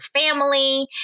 family